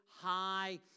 high